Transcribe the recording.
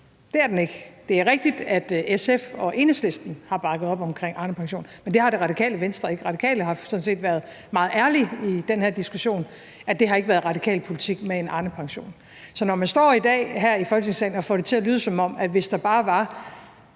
det er den ikke. Det er rigtigt, at SF og Enhedslisten har bakket op om Arnepensionen, men det har Radikale Venstre ikke. Radikale Venstre har sådan set været meget ærlige i den her diskussion, altså at en Arnepension ikke er radikal politik. Så når man i dag står her i Folketingssalen og får det til at lyde, som om situationen omkring